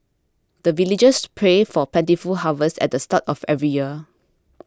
the villagers pray for plentiful harvest at the start of every year